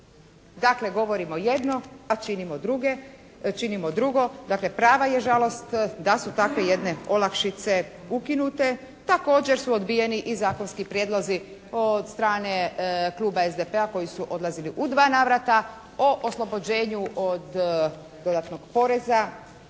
Dakle, govorimo jedno a činimo drugo. Dakle, prava je žalost da su takve jedne olakšice ukinite. Također su odbijeni i zakonski prijedlozi od strane Kluba SDP-a koji su odlazili u dva navrata o oslobođenju od dodatnog poreza